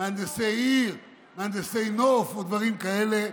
מהנדסי עיר, מהנדסי נוף או דברים כאלה.